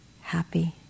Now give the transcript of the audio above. happy